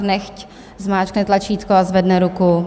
Nechť zmáčkne tlačítko a zvedne ruku.